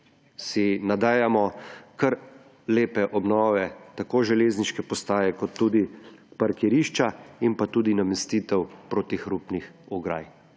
se nadejamo kar lepe obnove tako železniške postaje kot tudi parkirišča in pa tudi namestitev protihrupnih ograj.